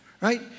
right